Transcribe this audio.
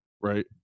right